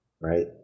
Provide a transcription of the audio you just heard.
right